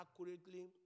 accurately